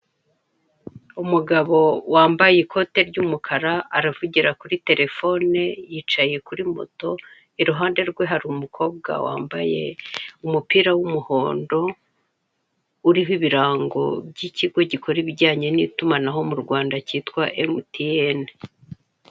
Umugabo wambaye ikote ry'umukara, aravugira kuri telefone, yicaye kuri moto, iruhande rwe hari umukobwa wambaye umupira w'umuhondo, uriho ibirango by'ikigo gikora ibijyanye n'itumanaho mu Rwanda, kitwa MTN.